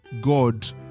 God